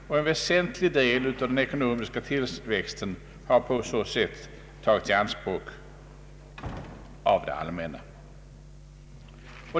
En väsentlig del av den ekonomiska tillväxten har på så sätt tagits i anspråk av det allmänna.